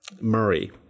Murray